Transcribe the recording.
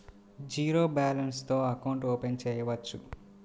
Zero balance తో account open చేయవచ్చు?